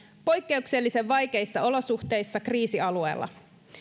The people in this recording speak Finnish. poikkeuksellisen vaikeissa olosuhteissa kriisialueella